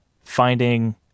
finding